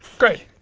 great.